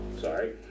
Sorry